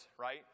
right